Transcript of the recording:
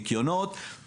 ניקיונות.